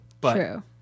true